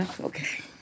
Okay